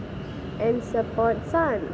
and support sun ya